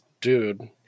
dude